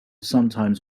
sometimes